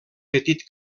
petit